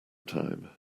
time